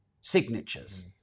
signatures